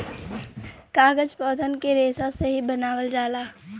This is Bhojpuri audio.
कागज पौधन के रेसा से ही बनावल जाला